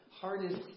hardest